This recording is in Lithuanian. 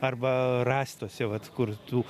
arba rąstuose vat kur tų